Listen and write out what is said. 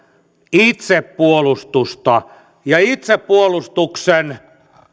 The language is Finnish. itsepuolustusta ja itsepuolustuksen